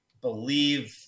believe